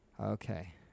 Okay